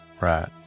Right